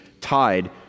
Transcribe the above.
tied